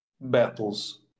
battles